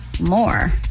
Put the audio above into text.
More